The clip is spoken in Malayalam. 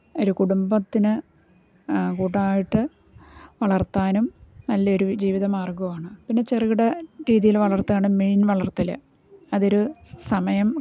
ഒരു കുടുംബത്തിന് കൂട്ടമായിട്ട് വളർത്താനും നല്ലൊരു ജീവിത മാർഗ്ഗമാണ് പിന്നെ ചെറുകിട രീതിയിൽ വളർത്തുവാണ് മെയിൻ വളർത്തൽ അതൊരു സമയം